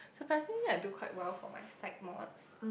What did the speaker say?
surprisingly I do quite well for my psych mods